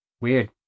weird